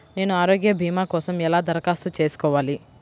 నేను ఆరోగ్య భీమా కోసం ఎలా దరఖాస్తు చేసుకోవాలి?